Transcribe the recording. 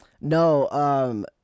No